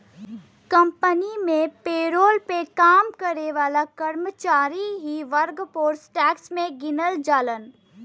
company में payroll पे काम करे वाले कर्मचारी ही वर्कफोर्स टैक्स में गिनल जालन